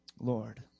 Lord